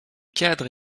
cadres